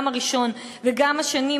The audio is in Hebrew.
גם הראשון וגם השני,